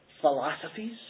philosophies